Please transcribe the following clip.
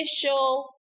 official